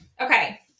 okay